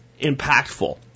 impactful